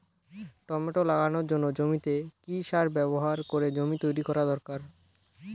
Tomato লাগানোর জন্য জমিতে কি সার ব্যবহার করে জমি তৈরি করা দরকার?